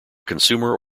consumer